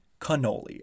cannoli